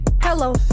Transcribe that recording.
hello